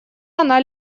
она